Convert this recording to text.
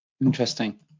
interesting